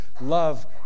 love